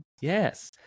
yes